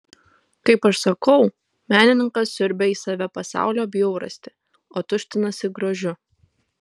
kaip aš sakau menininkas siurbią į save pasaulio bjaurastį o tuštinasi grožiu